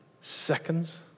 Seconds